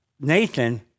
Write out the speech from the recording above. Nathan